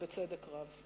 ובצדק רב.